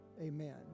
Amen